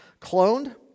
cloned